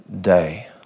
day